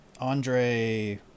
Andre